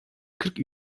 kırk